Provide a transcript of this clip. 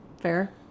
Fair